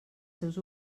seus